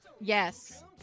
Yes